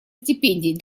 стипендий